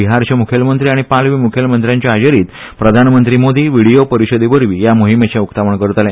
बिहारचे मुखेलमंत्री आनी पालवी मुखेलमंत्रयांचे हाजेरीत प्रधानमंत्री मोदी विडीयो परीशदेवरवी या मोहीमेचे उक्तावण करतले